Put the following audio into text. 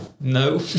No